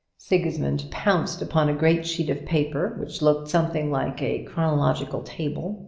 sigismund pounced upon a great sheet of paper, which looked something like a chronological table,